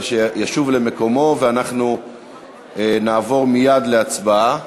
שישוב למקומו ואנחנו נעבור מייד להצבעה.